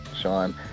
Sean